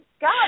God